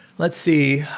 let's see.